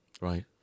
Right